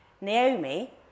Naomi